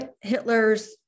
Hitler's